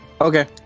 Okay